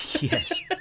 Yes